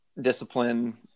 discipline